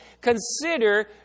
consider